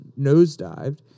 nosedived